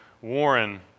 Warren